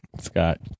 Scott